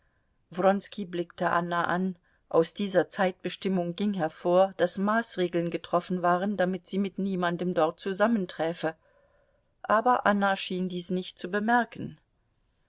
wronski blickte anna an aus dieser zeitbestimmung ging hervor daß maßregeln getroffen waren damit sie mit niemandem dort zusammenträfe aber anna schien dies nicht zu bemerken